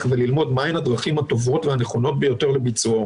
וללמוד מהן הדרכים הטובות והנכונות ביותר לביצועו.